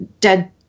dead